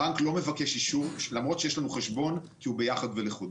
הבנק לא מבקש אישור למרות שיש לנו חשבון שהוא ביחד ולחוד.